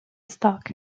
stock